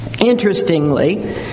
Interestingly